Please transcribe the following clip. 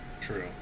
true